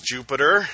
Jupiter